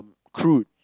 crude